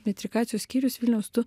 metrikacijos skyrius vilniaus tu